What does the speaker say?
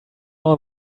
all